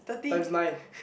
times nine